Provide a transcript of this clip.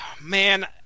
Man